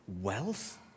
wealth